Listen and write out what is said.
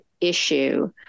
issue